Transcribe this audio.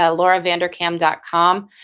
ah lauravanderkam dot com.